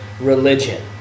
religion